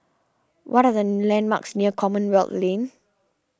what are the landmarks near Commonwealth Lane